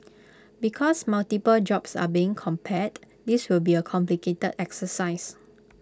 because multiple jobs are being compared this will be A complicated exercise